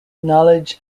knowledge